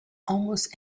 almost